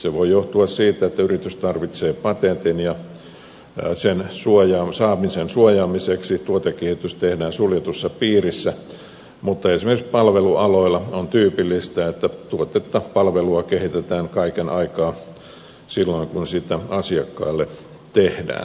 se voi johtua siitä että yritys tarvitsee patentin ja sen saamisen suojaamiseksi tuotekehitys tehdään suljetussa piirissä mutta esimerkiksi palvelualoilla on tyypillistä että tuotetta palvelua kehitetään kaiken aikaa silloin kun sitä asiakkaille tehdään